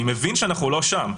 אני מבין שאנחנו לא שם,